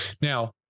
Now